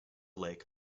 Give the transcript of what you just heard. lake